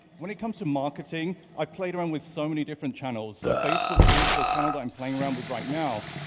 when it comes to marketing, i played around with so many different channels. so facebook is the channel that i'm playing around with right now,